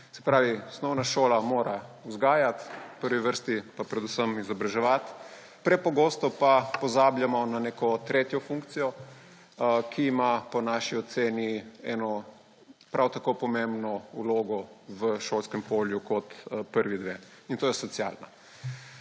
Se pravi, osnovna šola mora vzgajati, v prvi vrsti pa predvsem izobraževati. Prepogosto pa pozabljamo na neko tretjo funkcijo, ki ima po naši oceni prav tako pomembno vlogo v šolskem polju kot prvi dve, in to je socialna.